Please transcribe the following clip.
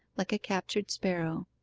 like a captured sparrow.